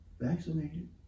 vaccinated